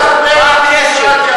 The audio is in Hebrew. מה הקשר?